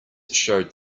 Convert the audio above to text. showed